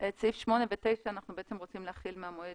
סעיף 8 ו-9 אנחנו רוצים להחיל מהמועד